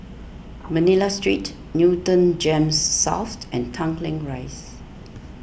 Manila Street Newton Gems South and Tanglin Rise